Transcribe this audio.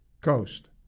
Coast